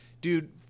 dude